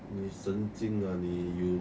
你神经啊你有